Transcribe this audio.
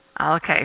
Okay